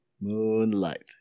Moonlight